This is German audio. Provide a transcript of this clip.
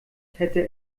hätte